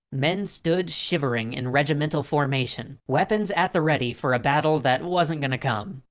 men stood shivering in regimental formation, weapons at the ready for a battle that wasn't gonna come.